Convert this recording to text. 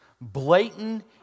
blatant